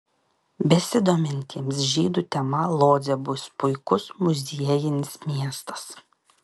besidomintiems žydų tema lodzė bus puikus muziejinis miestas